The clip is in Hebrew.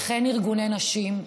וכן ארגוני נשים,